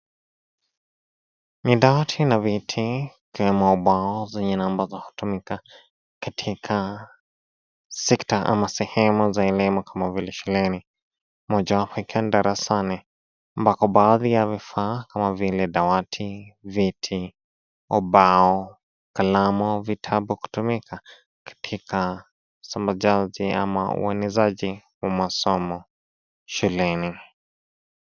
Midawati na viti vikiwemo mbao zingine ambazo hutumika katika sekta ama sehemu za elimu kama vile shuleni, mojawapo ikiwa ni darasani ambako baadhi ya vifaa kama vile dawati, viti, ubao, kalamu, vitabu kutumika. katika somo ... ama uelezaji wa masomo shuleni.